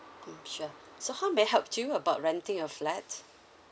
mm sure so how may I help you about renting a flat